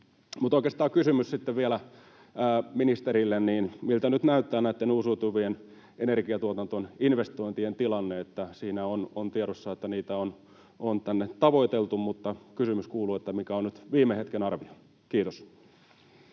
Mutta oikeastaan kysymys vielä ministerille: miltä nyt näyttää näitten uusiutuvien energiatuotantojen investointien tilanne? Siinä on tiedossa, että niitä on tänne tavoiteltu, mutta kysymys kuuluu, että mikä on nyt viime hetken arvio. — Kiitos.